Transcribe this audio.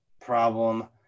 problem